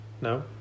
No